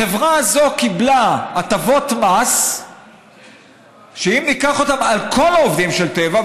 החברה הזאת קיבלה הטבות מס שאם ניקח אותן על כל העובדים של טבע,